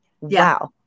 Wow